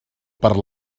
per